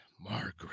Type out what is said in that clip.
Margaret